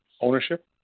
ownership